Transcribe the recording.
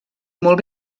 molt